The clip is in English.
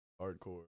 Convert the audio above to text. hardcore